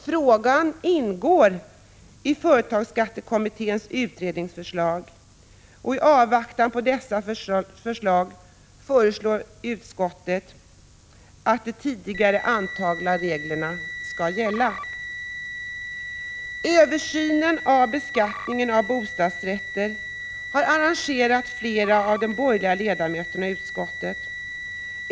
Frågan ingår i företagsskattekommitténs utredningsuppdrag, och i avvaktan på dess förslag föreslår skatteutskottet att de tidigare antagna reglerna skall gälla. Översynen av beskattningen av bostadsrätter har engagerat flera av de borgerliga ledamöterna i utskottet.